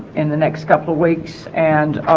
in the next couple of weeks and